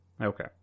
Okay